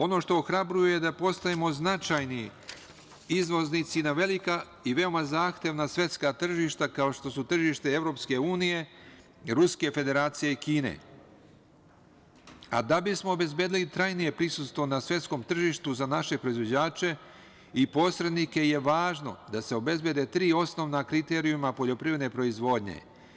Ono što ohrabruje je da postajemo značajni izvoznici na velika i veoma zahtevna svetska tržišta, kao što su tržište EU, Ruske Federacije i Kine, a da bismo obezbedili trajnije prisustvo na svetskom tržištu za naše proizvođače i posrednike je važno da se obezbede tri osnovna kriterijuma poljoprivredne proizvodnje.